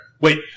Wait